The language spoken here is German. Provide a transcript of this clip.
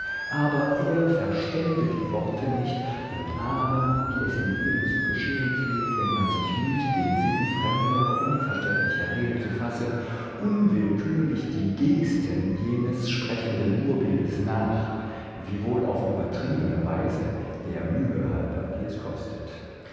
aber er verstände die worte nicht und ahme wie es im leben zu geschehen pflegt wenn man sich müht den sinn fremder unverständlicher rede zu fassen unwillkürlich die gesten jenes sprechenden urbildes nach wiewohl auf übertriebene weise der mühe halber die es kostet